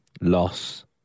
loss